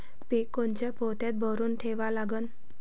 पीक कोनच्या पोत्यात भरून ठेवा लागते?